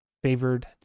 favored